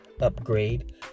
upgrade